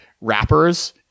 rappers